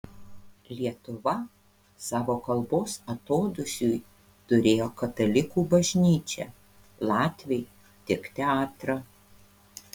lietuva savo kalbos atodūsiui turėjo katalikų bažnyčią latviai tik teatrą